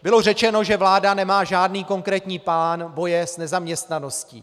Bylo řečeno, že vláda nemá žádný konkrétní plán boje s nezaměstnaností.